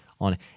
on